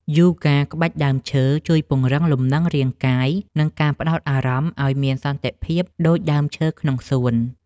យូហ្គាក្បាច់ដើមឈើ ជួយពង្រឹងលំនឹងរាងកាយ និងការផ្ដោតអារម្មណ៍ឱ្យមានសន្តិភាពដូចដើមឈើក្នុងសួន។